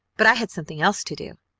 but i had something else to do.